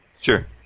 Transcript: Sure